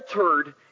altered